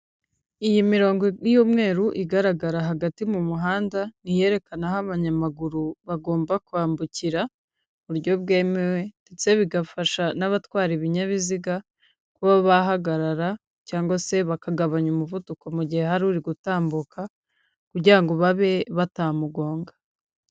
Iyi mirongo y'umweru igaragara hagati mu muhanda ni iyerekana aho abanyamaguru bagomba kwambukira mu buryo bwemewe ndetse bigafasha n'abatwara ibinyabiziga kuba bahagarara cyangwa se bakagabanya umuvuduko mu gihe hari uri gutambuka kugira babe batamugonga.